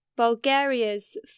Bulgaria's